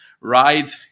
right